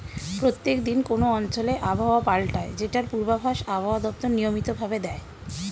প্রত্যেক দিন কোন অঞ্চলে আবহাওয়া পাল্টায় যেটার পূর্বাভাস আবহাওয়া দপ্তর নিয়মিত ভাবে দেয়